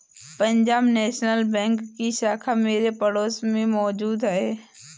Punjab national bank की शाखा मेरे पड़ोस में मौजूद है